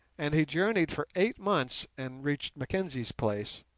and he journeyed for eight months and reached mackenzie's place,